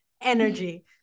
energy